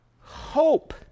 Hope